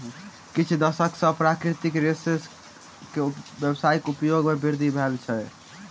किछ दशक सॅ प्राकृतिक रेशा के व्यावसायिक उपयोग मे वृद्धि भेल अछि